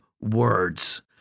words